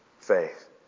faith